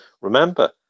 remember